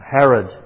Herod